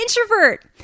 introvert